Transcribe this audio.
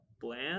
bland